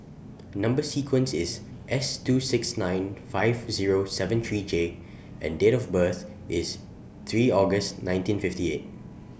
Number sequence IS S two six nine five Zero seven three J and Date of birth IS three August nineteen fifty eight